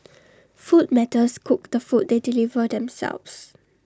food matters cook the food they deliver themselves